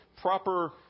proper